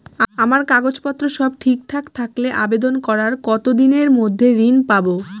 আমার কাগজ পত্র সব ঠিকঠাক থাকলে আবেদন করার কতদিনের মধ্যে ঋণ পাব?